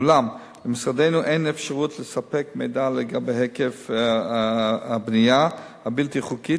אולם למשרדנו אין אפשרות לספק מידע לגבי היקף הבנייה הבלתי-חוקית,